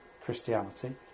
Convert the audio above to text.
Christianity